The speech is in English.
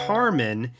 Carmen